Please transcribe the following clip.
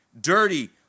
dirty